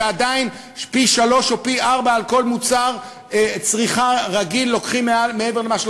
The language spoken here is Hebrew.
כשעדיין לוקחים על כל מוצר צריכה רגיל פי-שלושה